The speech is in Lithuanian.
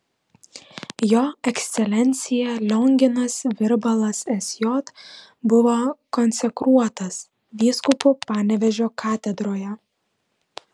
jo ekscelencija lionginas virbalas sj buvo konsekruotas vyskupu panevėžio katedroje